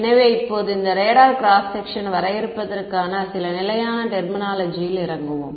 எனவே இப்போது இந்த ரேடார் கிராஸ் செக்க்ஷன் வரையறுப்பதற்கான சில நிலையான டெர்மினோலாஜியில் இறங்குவோம்